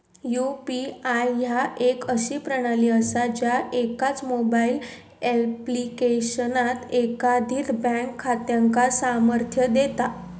UPI ह्या एक अशी प्रणाली असा ज्या एकाच मोबाईल ऍप्लिकेशनात एकाधिक बँक खात्यांका सामर्थ्य देता